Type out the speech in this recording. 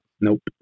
Nope